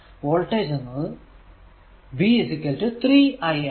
voltage എന്നത് v 3 i ആണ്